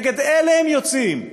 נגד אלה הם יוצאים,